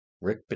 Rick